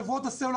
חברות הסלולר,